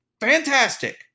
Fantastic